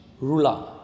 ruler